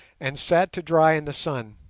and sat to dry in the sun,